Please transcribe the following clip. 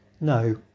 no